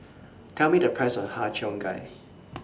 Tell Me The Price of Har Cheong Gai